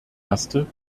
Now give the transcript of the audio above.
erste